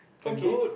okay